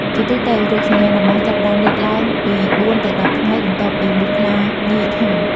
ជាទូទៅ រោគសញ្ញាដំបូងចាប់ផ្តើមលេចឡើងពី ៤ ទៅ ១០ ថ្ងៃ បន្ទាប់ពីមូសខ្លាញីខាំ។